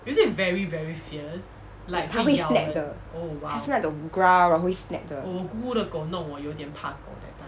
它会 snap 的它是那种 growl 然后会 snap de